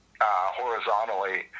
horizontally